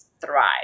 thrive